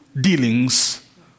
Dealings